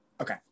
Okay